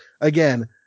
again